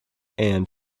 and